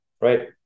right